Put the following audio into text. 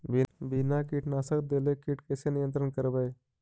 बिना कीटनाशक देले किट कैसे नियंत्रन करबै?